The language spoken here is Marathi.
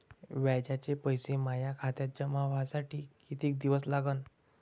व्याजाचे पैसे माया खात्यात जमा व्हासाठी कितीक दिवस लागन?